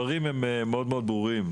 טובים לכולם,